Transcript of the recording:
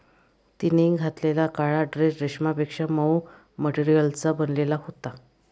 तिने घातलेला काळा ड्रेस रेशमापेक्षा मऊ मटेरियलचा बनलेला होता